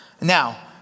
Now